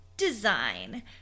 design